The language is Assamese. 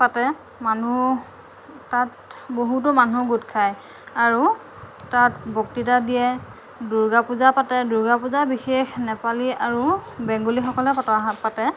পাতে মানুহ তাত বহুতো মানুহ গোট খায় আৰু তাত বক্তৃতা দিয়ে দুৰ্গা পূজা পাতে দুৰ্গা পূজা বিশেষ নেপালী আৰু বেংগলীসকলে পতা হয় পাতে